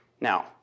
Now